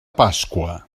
pasqua